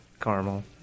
caramel